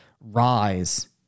rise